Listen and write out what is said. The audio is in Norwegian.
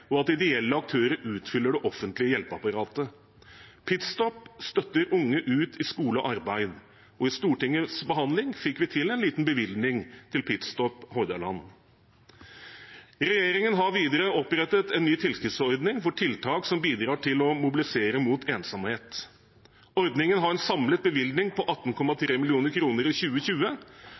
og at ideelle aktører utfyller det offentlige hjelpeapparatet. PitStop støtter unge ut i skole og arbeid, og i Stortingets behandling fikk vi til en liten bevilgning til PitStop Hordaland. Regjeringen har videre opprettet en ny tilskuddsordning for tiltak som bidrar til å mobilisere mot ensomhet. Ordningen har en samlet bevilgning på 18,3 mill. kr i 2020.